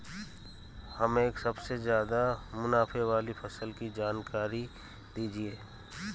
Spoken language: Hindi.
हमें सबसे ज़्यादा मुनाफे वाली फसल की जानकारी दीजिए